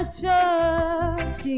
church